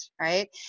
right